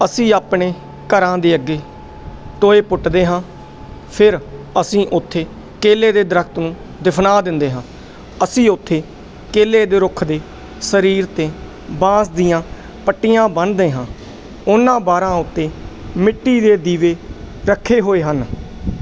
ਅਸੀਂ ਆਪਣੇ ਘਰਾਂ ਦੇ ਅੱਗੇ ਟੋਏ ਪੁੱਟਦੇ ਹਾਂ ਫਿਰ ਅਸੀਂ ਉੱਥੇ ਕੇਲੇ ਦੇ ਦਰੱਖਤ ਨੂੰ ਦਫ਼ਨਾ ਦਿੰਦੇ ਹਾਂ ਅਸੀਂ ਉੱਥੇ ਕੇਲੇ ਦੇ ਰੁੱਖ ਦੇ ਸਰੀਰ 'ਤੇ ਬਾਂਸ ਦੀਆਂ ਪੱਟੀਆਂ ਬੰਨ੍ਹਦੇ ਹਾਂ ਉਨ੍ਹਾਂ ਬਾਰਾਂ ਉੱਤੇ ਮਿੱਟੀ ਦੇ ਦੀਵੇ ਰੱਖੇ ਹੋਏ ਹਨ